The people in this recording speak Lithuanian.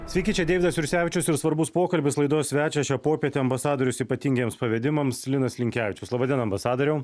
sveiki čia deividas jursevičius ir svarbus pokalbis laidos svečias šią popietę ambasadorius ypatingiems pavedimams linas linkevičius laba diena ambasadoriau